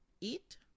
Eat